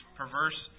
perverse